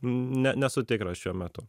ne nesu tikras šiuo metu